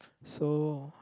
so